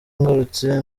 ngarutse